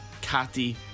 Cathy